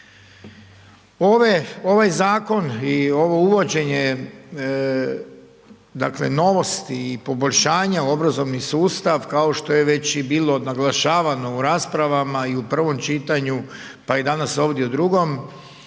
ovaj zakon i ovo uvođenje, dakle novosti i poboljšanja u obrazovni sustav kao što je već i bilo naglašavano i u raspravama i u prvom čitanju, pa i danas ovdje u drugom,